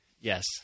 Yes